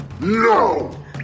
No